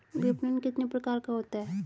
विपणन कितने प्रकार का होता है?